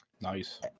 Nice